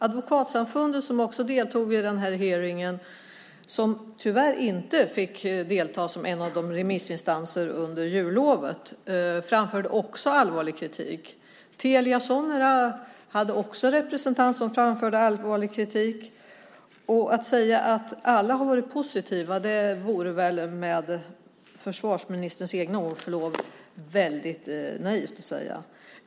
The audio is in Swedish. Advokatsamfundet, som också deltog i hearingen, framförde också allvarlig kritik. De fick tyvärr inte delta som remissinstans under jullovet. Telia Sonera hade också en representant som framförde allvarlig kritik. Att säga att alla har varit positiva vore väldigt naivt.